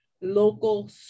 local